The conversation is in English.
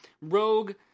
Rogue